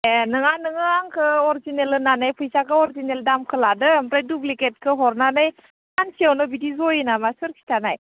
एह नोङा नोङो आंखो अरजिनेल होननानै फैसाखौ अरजिनेल दामखौ लादो ओमफ्राय दुब्लिगेटखौ हरनानै सानसेआवनो बिदि जयो नामा सोर खिथानाय